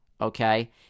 okay